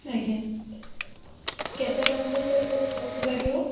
ଆଜ୍ଞା କେତେଟଙ୍କା ଲାଗିବ